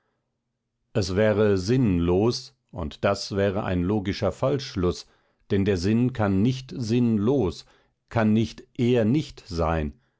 es wäre sinn los und das wäre ein logischer falschschluß denn der sinn kann nicht sinn los kann nicht er nicht sein